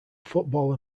football